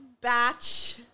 batch